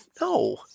no